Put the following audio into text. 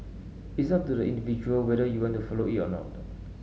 it's up to the individual whether you want to follow it or not